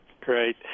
great